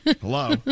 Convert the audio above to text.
Hello